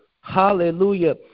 hallelujah